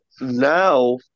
now